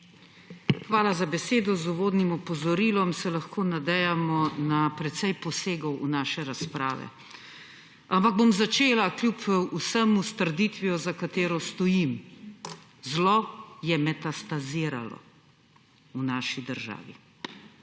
Hvala za besedo. Z uvodnim opozorilom se lahko nadejamo precej posegov v naše razprave. Ampak bom začela kljub vsemu s trditvijo, za katero stojim – zlo je metastaziralo v naši državi.